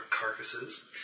carcasses